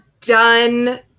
done